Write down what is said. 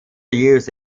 used